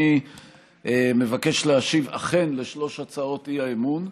אני אכן מבקש להשיב על שלוש הצעות האי-אמון,